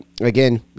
again